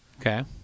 Okay